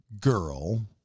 girl